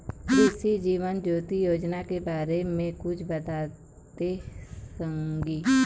कृसि जीवन ज्योति योजना के बारे म कुछु बताते संगी